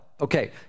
Okay